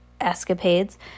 escapades